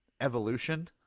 Evolution